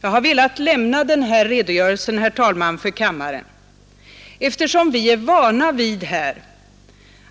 Jag har, herr talman, velat lämna den här redogörelsen för kammaren, eftersom vi här är vana vid